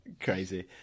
crazy